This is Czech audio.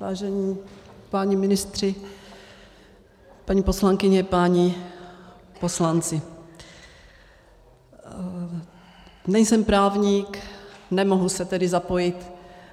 Vážení páni ministři, paní poslankyně, páni poslanci, nejsem právník, nemohu se tedy zapojit